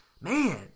Man